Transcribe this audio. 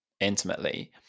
intimately